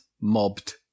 mobbed